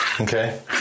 Okay